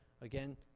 Again